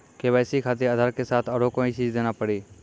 KYC खातिर आधार के साथ औरों कोई चीज देना पड़ी?